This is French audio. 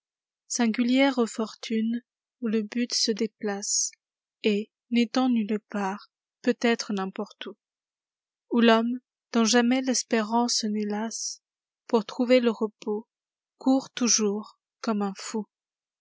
singulière fortune où le but se déplaco et n'étant nulle part peut être n'importe ouioù l'flomme dont jamais l'espérance n'est lasse pour trouver le repos court toujours comme un fou